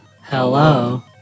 Hello